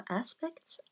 aspects